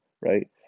right